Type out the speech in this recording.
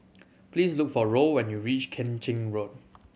please look for Roll when you reach Keng Chin Road